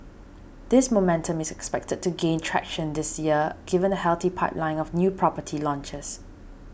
this momentum is expected to gain traction this year given a healthy pipeline of new property launches